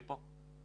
שאנחנו מדברים עליו,